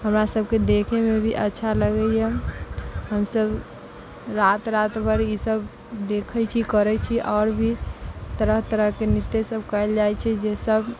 हमरा सभके देखैमे भी अच्छा लगैया हम सभ रात रात भर इसभ देखै छी करै छी आओर भी तरह तरहके नृत्य सभ कयल जाइ छै जे सभ